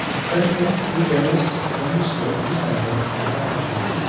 the frenchman could be generous and understood the sentiment of gratitude.